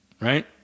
right